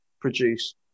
produce